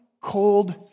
cold